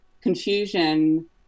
confusion